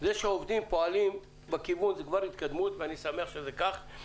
זה שפועלים בכיוון זה כבר דבר חיובי ואני שמח שזה כך.